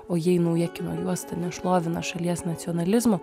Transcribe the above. o jei nauja kino juosta nešlovina šalies nacionalizmo